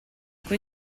cui